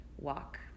walk